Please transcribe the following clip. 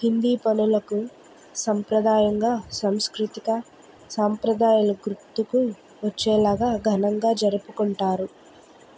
హిందీ పండుగలకు సంప్రదాయంగా సంస్కృతిక సాంప్రదాయాల గుర్తుకు వచ్చేలాగా ఘనంగా జరుపుకుంటారు